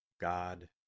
God